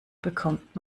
bekommt